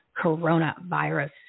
coronavirus